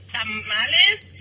Tamales